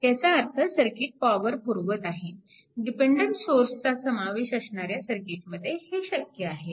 ह्याचाच अर्थ circuit power पुरवत आहे डिपेन्डन्ट सोर्सचा समावेश असणाऱ्या सर्किटमध्ये हे शक्य आहे